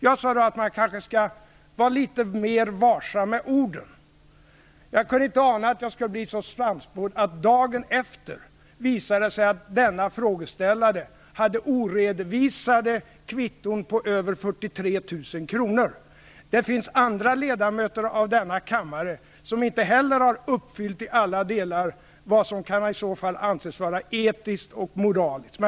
Jag sade då att man kanske skall vara litet mer varsam med orden. Jag kunde inte ana att jag skulle bli så sannspådd att det dagen efter visade sig att denne frågeställare hade oredovisade kvitton på över 43 000 kr. Det finns andra ledamöter av denna kammare som inte heller i alla delar har uppfyllt vad som i så fall kan anses vara etiskt och moraliskt.